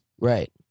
Right